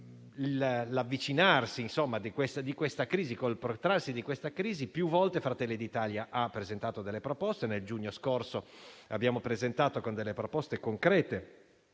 e il protrarsi della crisi più volte Fratelli d'Italia ha presentato delle proposte. Nel giugno scorso abbiamo presentato delle proposte concrete